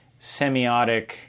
semiotic